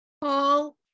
Paul